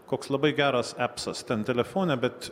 koks labai geras epsas ten telefone bet